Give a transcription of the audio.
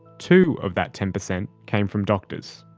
two of that ten percent came from doctors.